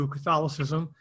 Catholicism